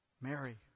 Mary